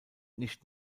nicht